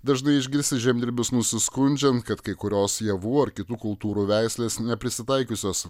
dažnai išgirsi žemdirbius nusiskundžiant kad kai kurios javų ar kitų kultūrų veislės neprisitaikiusios